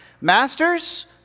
masters